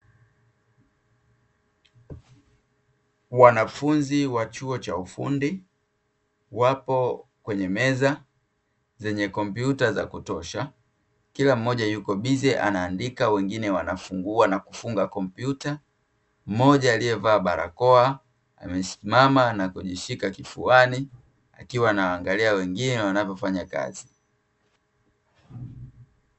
Wanafunzi wa chuo cha ufundi wapo kwenye meza zenye kompyuta za kutosha, kila mmoja yuko bize a naandika, wengine wanafungua na kufunga kompyuta. Mmoja aliyevaa barakoa, amesimama na kujishika kifuani, akiwa anawaangalia wengine wanavyofanya kazi.